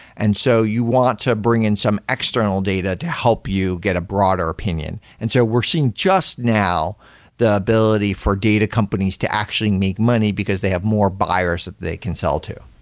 and so you want to bring in some external data to help you get a broader opinion. and so we're seeing just now the ability for data companies to actually make money, because they have more buyers that they can sell to.